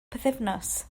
pythefnos